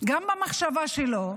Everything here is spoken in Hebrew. וגם במחשבה שלו.